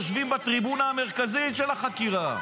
יושבים בטריבונה המרכזית של החקירה.